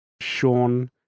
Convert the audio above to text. Sean